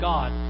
God